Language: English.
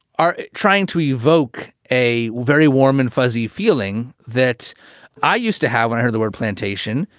are trying to evoke a very warm and fuzzy feeling that i used to have when i heard the word plantation,